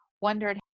wondered